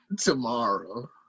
tomorrow